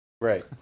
Right